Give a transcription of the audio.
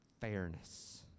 fairness